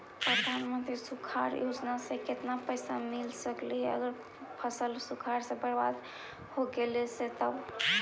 प्रधानमंत्री सुखाड़ योजना से केतना पैसा मिल सकले हे अगर फसल सुखाड़ से बर्बाद हो गेले से तब?